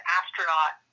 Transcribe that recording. astronaut